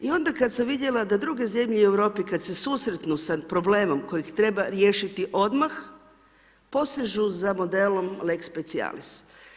I onda kada sam vidjela da druge zemlje u Europi kada se susretnu sa problemom kojeg treba riješiti odmah posežu za modelom lex specialis.